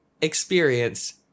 experience